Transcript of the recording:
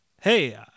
Hey